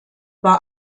war